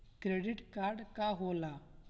Credit card का होला?